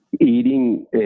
eating